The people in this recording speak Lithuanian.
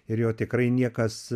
ir jo tikrai niekas